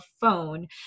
phone